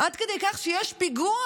עד כדי כך שיש פיגוע,